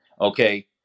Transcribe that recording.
Okay